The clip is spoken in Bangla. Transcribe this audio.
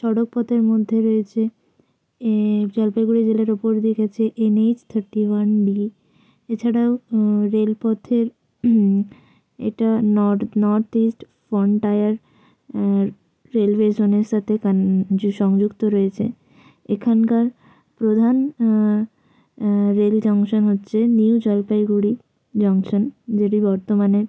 সড়কপথের মধ্যে রয়েছে এই জলপাইগুড়ি জেলার ওপর দেখেছি এনএইচ থার্টি ওয়ান বি এছাড়াও রেলপথের এটা নর্থ নর্থ ইস্ট ফ্রন্টায়ার রেলওয়ের সঙ্গে সাথে কানে যে সংযুক্ত রয়েছে এখানকার প্রধান রেল জংশন হচ্ছে নিউ জলপাইগুড়ি জংশন যেটি বর্তমানে